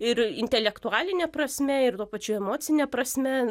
ir intelektualine prasme ir tuo pačiu emocine prasme